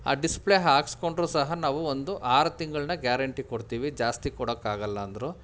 ಆ ಡಿಸ್ಪ್ಲೇ ಹಾಕ್ಸ್ಕೊಂಡ್ರೂ ಸಹ ನಾವು ಒಂದು ಆರು ತಿಂಗಳಿನ ಗ್ಯಾರೆಂಟಿ ಕೊಡ್ತೀವಿ ಜಾಸ್ತಿ ಕೊಡೊಕ್ಕಾಗಲ್ಲ ಅಂದರು